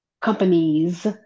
companies